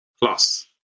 plus